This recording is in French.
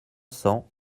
cents